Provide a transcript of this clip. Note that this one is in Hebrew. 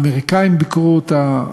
האמריקנים ביקרו אותה,